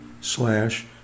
slash